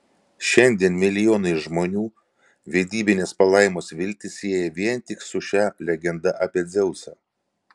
šiandien milijonai žmonių vedybinės palaimos viltį sieja vien tik su šia legenda apie dzeusą